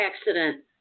accident